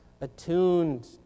attuned